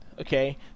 okay